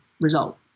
result